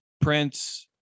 prince